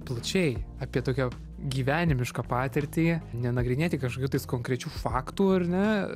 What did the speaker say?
plačiai apie tokią gyvenimišką patirtį nenagrinėti kažkokių tais konkrečių faktų ar ne